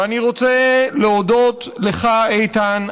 ואני רוצה להודות לך, איתן.